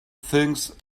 things